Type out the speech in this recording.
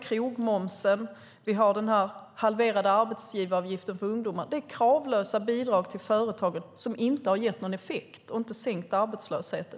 Krogmomsen och den halverade arbetsavgiften för ungdomar är också kravlösa bidrag till företag, och de har inte gett någon effekt och har inte sänkt arbetslösheten.